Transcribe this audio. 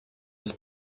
des